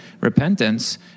repentance